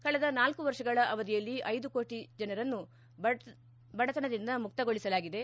ಕಳೆದ ನಾಲ್ಕು ವರ್ಷಗಳ ಅವಧಿಯಲ್ಲಿ ಐದು ಕೋಟ ಜನರನ್ನು ಬಡತನದಿಂದ ಮುಕ್ತಗೊಳಸಲಾಗಿದೆ